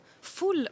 full